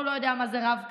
הוא לא יודע מה זה רב-קו,